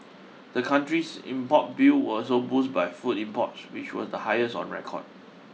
the country's import bill was boost by food imports which were the highest on record